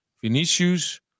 Vinicius